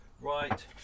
Right